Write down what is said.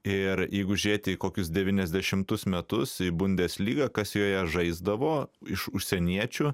ir jeigu žiūrėti į kokius devyniasdešimtus metus į bundeslygą kas joje žaisdavo iš užsieniečių